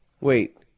Wait